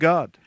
God